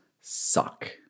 suck